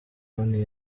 konti